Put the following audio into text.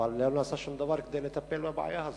אבל עדיין לא נעשה שום דבר כדי לטפל בבעיה הזאת.